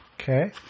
Okay